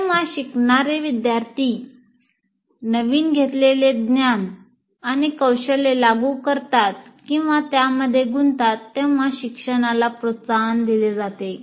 जेंव्हा शिकणारे विद्यार्थी नवीन घेतलेले ज्ञान आणि कौशल्य लागू करतात किंव्हा त्यामध्ये गुंततात तेव्हा शिक्षणाला प्रोत्साहन दिले जाते